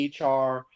HR